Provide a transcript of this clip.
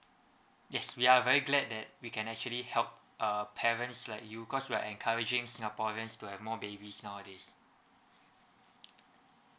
yes we are very glad that we can actually help uh parents like you cause we are encouraging singaporeans to have more babies nowadays